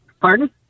pardon